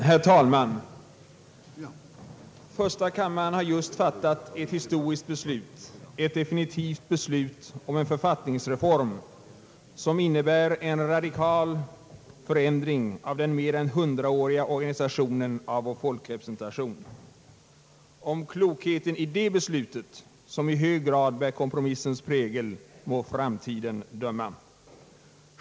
Herr talman! Första kammaren har just fattat ett bistoriskt beslut, ett definitivt beslut om en författningsreform, som innebär en radikal ändring av den mer än hundraåriga organisationen av vår folkrepresentation. Om klokheten i det beslut, som i hög grad bär kompromissens prägel, må framtiden döma.